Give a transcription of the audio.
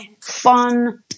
fun